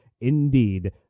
indeed